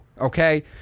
okay